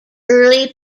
early